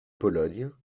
pologne